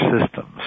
systems